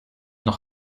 noch